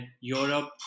Europe